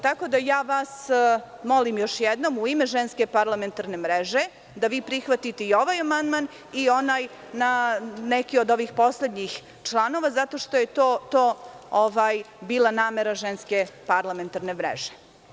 Tako da vas molim još jednom u ime Ženske parlamentarne mreže da vi prihvatite i ovaj amandman i onaj neki od ovih poslednjih članova, zato što je to bila namera Ženske parlamentarne mreže.